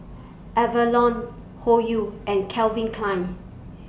Avalon Hoyu and Calvin Klein